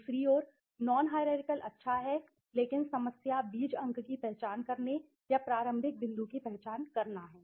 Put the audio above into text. दूसरी ओर non hierarchical अच्छा है लेकिन समस्या बीज अंक की पहचान करने या प्रारंभिक बिंदु की पहचान करना है